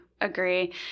agree